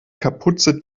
kapuze